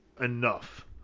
enough